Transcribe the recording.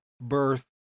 birth